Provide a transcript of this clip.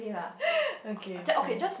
okay okay